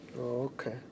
Okay